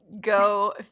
Go